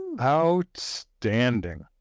Outstanding